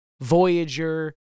Voyager